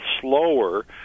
slower